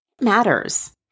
matters